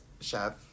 chef